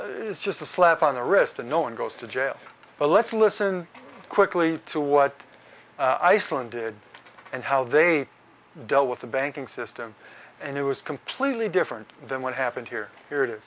is just a slap on the wrist and no one goes to jail but let's listen quickly to what i saw and did and how they dealt with the banking system and it was completely different than what happened here here it is